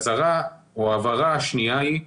אזהרה או ההבהרה השנייה היא,